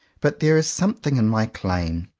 but there is something in my claim.